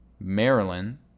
Maryland